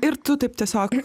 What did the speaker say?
ir tu taip tiesiog